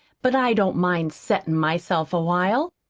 but i don't mind settin' myself awhile,